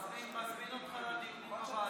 אני מזמין אותך לדיונים בוועדה.